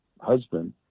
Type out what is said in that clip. husband